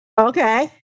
Okay